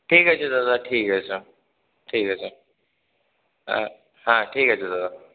ঠিক আছে দাদা ঠিক আছে ঠিক আছে হ্যাঁ হ্যাঁ ঠিক আছে দাদা